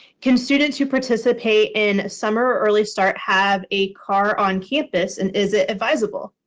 can students who participate in summer or early start have a car on campus, and is it advisable?